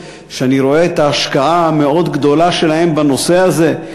שאני רואה את ההשקעה המאוד גדולה שלהם בנושא הזה,